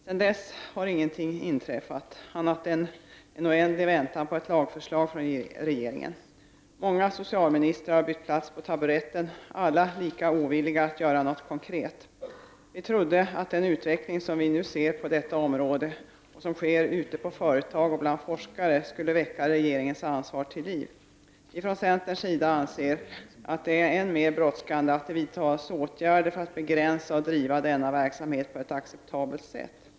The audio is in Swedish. Sedan dess har ingenting inträffat annat än en oändlig väntan på ett lagförslag från regeringen. Många socialministrar har bytt plats på taburetten — alla lika ovilliga att göra något konkret. Vi trodde att den utveckling som vi nu ser på detta område och som sker ute på företag och bland forskare skulle väcka regeringens ansvar till liv. Vi i centern anser att det är än mer brådskande att åtgärder vidtas för att begränsa denna verksamhet och skapa regler för hur den skall kunna bedrivas på ett acceptabelt sätt.